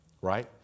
Right